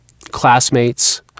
classmates